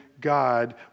God